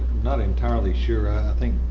not entirely sure. i think